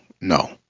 no